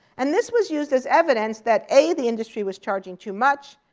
and this was used as evidence that, a, the industry was charging too much,